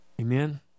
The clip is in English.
Amen